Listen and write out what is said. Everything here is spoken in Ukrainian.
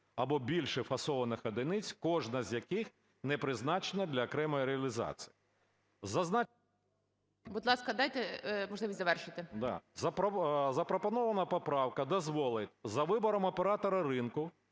або більше фасованих одиниць, кожна з яких не призначена для окремої реалізації. ГОЛОВУЮЧИЙ. Будь ласка, дайте можливість завершити. БАКУМЕНКО О.Б. Запропонована поправка дозволить за вибором оператора ринку